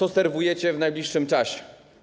Co serwujecie w najbliższym czasie?